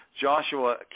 Joshua